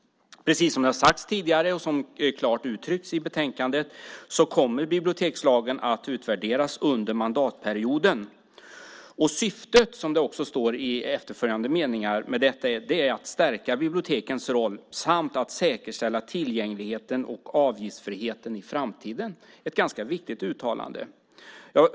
Precis som har sagts tidigare och som klart uttrycks i betänkandet kommer bibliotekslagen att utvärderas under mandatperioden. Syftet, vilket också framkommer i efterföljande meningar, med detta är att stärka bibliotekens roll samt att säkerställa tillgängligheten och avgiftsfriheten i framtiden. Det är ett ganska viktigt uttalande.